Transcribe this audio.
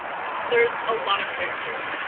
there's a lot of characters.